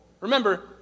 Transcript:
Remember